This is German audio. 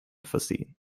versehen